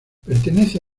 pertenece